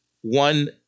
one